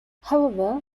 however